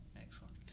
Excellent